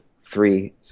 three